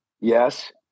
Yes